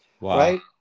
Right